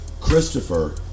Christopher